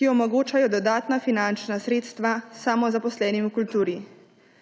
ki omogočajo dodatna finančna sredstva samozaposlenim v kulturi.